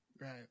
Right